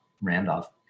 Randolph